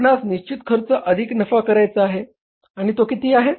आपणास निश्चित खर्च अधिक नफा करायचा आहे किती आहे